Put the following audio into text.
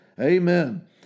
Amen